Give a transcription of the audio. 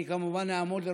אני כמובן אעמוד לרשותך.